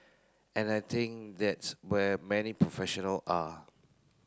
and I think that's where many professional are